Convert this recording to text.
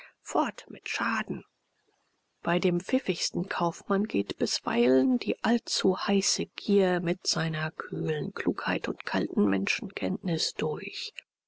fort mit schaden bei dem pfiffigsten kaufmann geht bisweilen die allzu heiße gier mit seiner kühlen klugheit und kalten menschenkenntnis durch